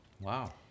Wow